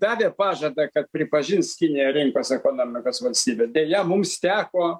davė pažadą kad pripažins kiniją rinkos ekonomikos valstybe deja mums teko